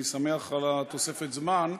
אני שמח על תוספת הזמן,